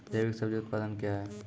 जैविक सब्जी उत्पादन क्या हैं?